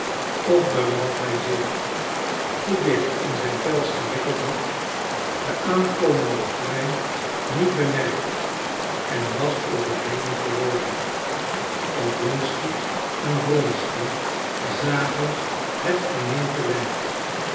f doordat hij zich om de felle koude te dicht in zijn pels gewikkeld had den aankomenden trein niet bemerkt en was overreden geworden oblonsky en wronsky zagen het verminkte lijk